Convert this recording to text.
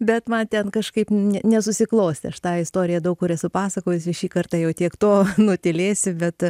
bet man ten kažkaip ne nesusiklostė aš tą istoriją daug kur esu pasakojusi šį kartą jau tiek to nutylėsiu bet